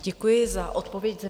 Děkuji za odpověď.